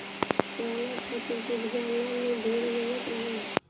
कवनो फसल के उपजला में ढेर मेहनत लागेला